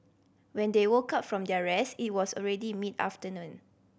when they woke up from their rest it was already mid afternoon